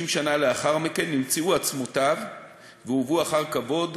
50 שנה לאחר מכן נמצאו עצמותיו והובאו אחר כבוד